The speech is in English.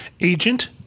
Agent